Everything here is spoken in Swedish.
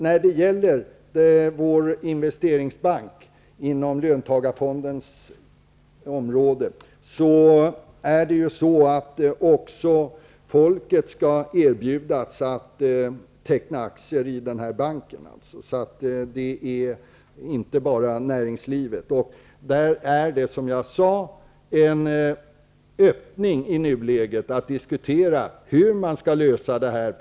När det gäller vår investeringsbank på löntagarfondens område vill jag säga att också folket skall erbjudas att teckna aktier i den banken och inte bara näringslivet. Som jag sade är det i nuläget öppet för diskussion om hur man skall lösa det här.